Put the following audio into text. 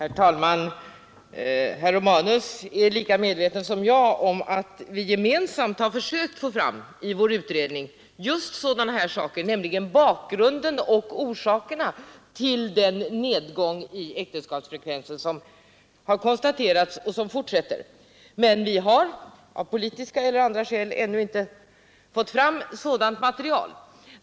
Herr talman! Herr Romanus och jag har gemensamt försökt att i vår utredning få fram just bakgrunden och orsakerna till den nedgång i äktenskapsfrekvensen som har konstaterats och som fortsätter. Men av politiska eller andra skäl har vi ännu inte fått fram det materialet.